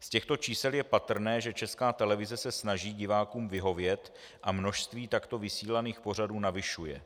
Z těchto čísel je patrné, že Česká televize se snaží divákům vyhovět a množství takto vysílaných pořadů navyšuje.